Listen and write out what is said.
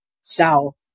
south